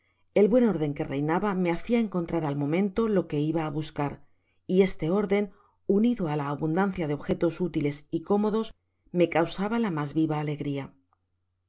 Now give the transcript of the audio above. el buen orden que reinaba me hacia encontrar al momento lo que iba á buscar y este orden unido á la abundancia de objetos útiles y cómodos me causaba la mas viva alegria